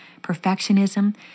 Perfectionism